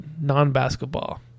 Non-basketball